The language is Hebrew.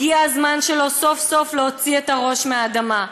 הגיע הזמן שסוף-סוף יוציא את הראש מהאדמה.